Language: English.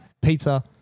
pizza